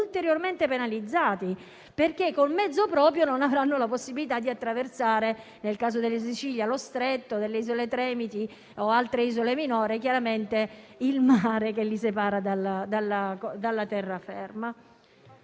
penalizzato, perché con mezzo proprio non avrà la possibilità di attraversare, nel caso della Sicilia lo Stretto, nel caso delle isole Tremiti o altre isole minori chiaramente il mare che li separa dalla terraferma.